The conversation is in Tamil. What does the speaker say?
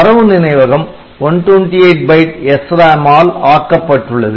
தரவு நினைவகம் 128 பைட் SRAM ஆல் ஆக்கப்பட்டுள்ளது